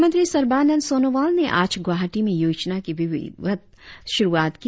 मुख्यमंत्री सर्बानंद सोनोवाल ने आज ग्रवाहाटी में योजना की विधिवत श्रुआत की